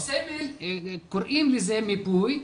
קוראים לזה מיפוי.